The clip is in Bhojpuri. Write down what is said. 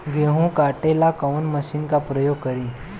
गेहूं काटे ला कवन मशीन का प्रयोग करी?